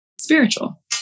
spiritual